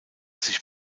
sich